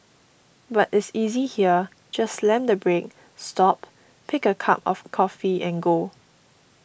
but is easy here just slam the brake stop pick a cup of coffee and go